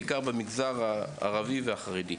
בעיקר במגזר הערבי והחרדי.